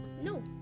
No